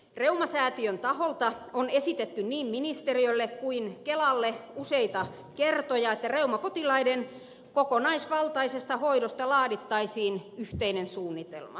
reumasäätiön taholta on esitetty niin ministeriölle kuin kelalle useita kertoja että reumapotilaiden kokonaisvaltaisesta hoidosta laadittaisiin yhteinen suunnitelma